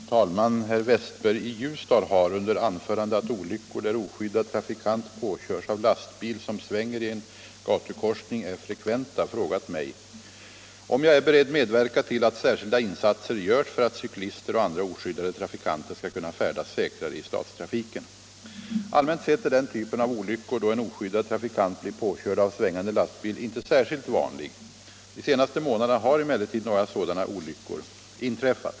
Fru talman! Herr Westberg i Ljusdal har — under anförande att olyckor där oskyddad trafikant påkörs av lastbil, som svänger i en gatukorsning, är frekventa — frågat mig om jag är beredd medverka till att särskilda insatser görs för att cyklister och andra oskyddade trafikanter skall kunna färdas säkrare i stadstrafiken. Allmänt sett är den typen av olyckor då en oskyddad trafikant blir påkörd av svängande lastbil inte särskilt vanlig. De senaste månaderna har emellertid några sådana olyckor inträffat.